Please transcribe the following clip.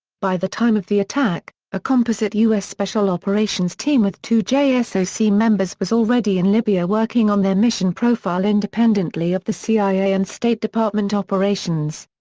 by the time of the attack, a composite us special operations team with two jsoc ah so members was already in libya working on their mission profile independently of the cia and state department operations.